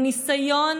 הוא ניסיון